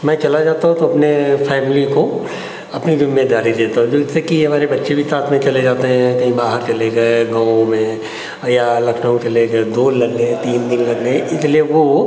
मैं चला जाता हूँ तो अपनी फ़ैमिली को अपनी जिम्मेदारी देता हूँ जैसे कि हमारे बच्चे भी साथ में चले जाते हैं या कहीं बाहर चले गए गाँव में और या लखनऊ चले गए दो लग गए तीन दिन लग गए इसलिए वह